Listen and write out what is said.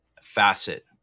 facet